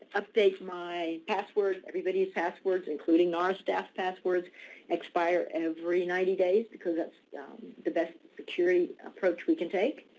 update my password. everybody's passwords including our staff's passwords expires every ninety days, because that's the best security approach we can take.